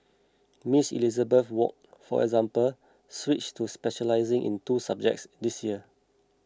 Miss Elizabeth Wok for example switched to specialising in two subjects this year